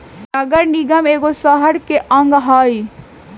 नगर निगम एगो शहरके अङग हइ